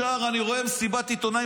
ישר אני רואה מסיבת עיתונאים,